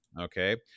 Okay